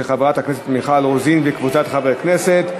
של חברת הכנסת מיכל רוזין וקבוצת חברי הכנסת.